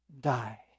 die